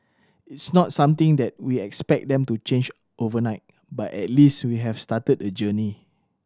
it's not something that we expect them to change overnight but at least we have started a journey